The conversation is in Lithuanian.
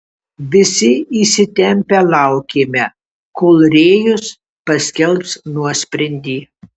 visi įsitempę laukėme kol rėjus paskelbs nuosprendį